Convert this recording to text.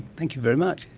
thank you very much.